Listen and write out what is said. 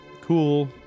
cool